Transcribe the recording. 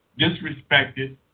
disrespected